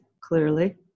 clearly